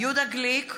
יהודה גליק,